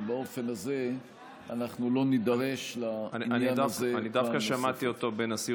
ובאופן הזה אנחנו לא נידרש לעניין הזה פעם נוספת.